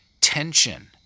tension